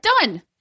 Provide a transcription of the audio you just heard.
Done